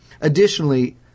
Additionally